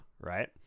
Right